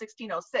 1606